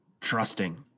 trusting